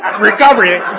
recovery